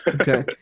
Okay